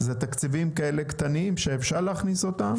אלה תקציבים כאלה קטנים שאפשר להכניס אותם?